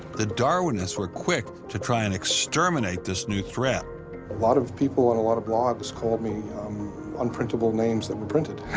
the darwinists were quick to try and exterminate this new threat. a lot of people in a lot of blogs called me unprintable names that were printed.